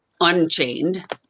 unchained